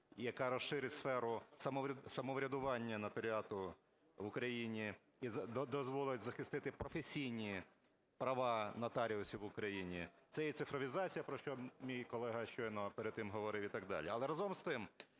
яка розширить сферу самоврядування нотаріату в Україні дозволить захистити професійні права нотаріусів в Україні, це і цифровізація про що мій колега щойно перед тим говорив і так далі. Але разом з тим,